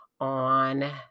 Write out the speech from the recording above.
on